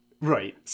Right